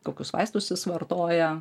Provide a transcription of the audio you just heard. kokius vaistus jis vartoja